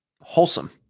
wholesome